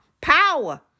Power